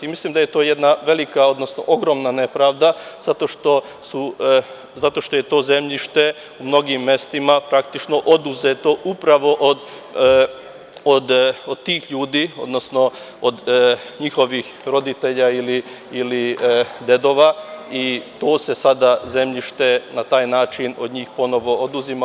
Mislim da je to jedna velika nepravda, zato što je to zemljište u mnogim mestima praktično, oduzeto upravo od tih ljudi, odnosno od njihovih roditelja ili dedova i to se sada zemljište na taj način od njih ponovo oduzima.